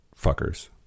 Fuckers